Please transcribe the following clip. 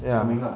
ya